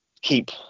keep